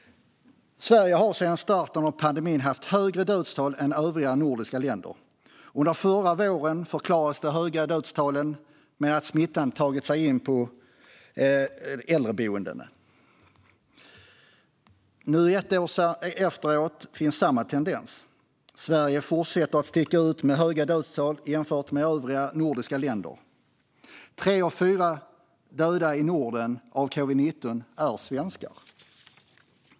Sverige har sedan starten av pandemin haft högre dödstal än övriga nordiska länder. Under förra våren förklarades de höga dödstalen med att smittan hade tagit sig in på äldreboenden. Nu, ett år senare, finns samma tendens. Sverige fortsätter att sticka ut med höga dödstal jämfört med övriga nordiska länder. Tre av fyra döda av covid-19 i Norden är svenskar.